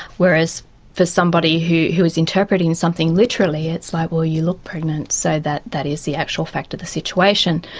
whereas for somebody who who is interpreting something literally it's like, well, you look pregnant so that that is the actual fact of the situation.